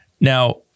Now